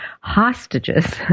hostages